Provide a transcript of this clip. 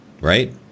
Right